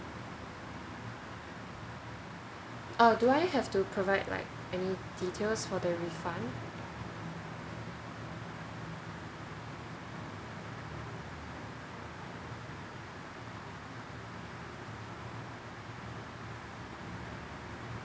uh do I have to provide like any details for the refund